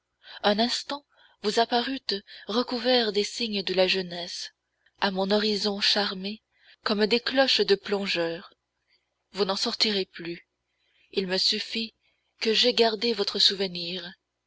un instant vous apparûtes recouverts des insignes de la jeunesse à mon horizon charmé comme des cloches de plongeur vous n'en sortirez plus il me suffit que j'aie gardé votre souvenir